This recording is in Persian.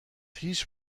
هیچ